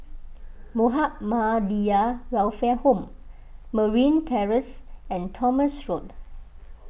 Muhammadiyah Welfare Home Marine Terrace and Thomson Road